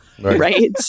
Right